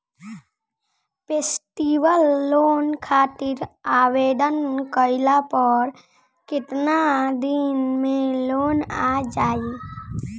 Festival loan खातिर आवेदन कईला पर केतना दिन मे लोन आ जाई?